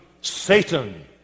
Satan